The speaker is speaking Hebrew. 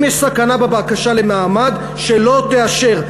אם יש סכנה בבקשה למעמד, שלא תאשר.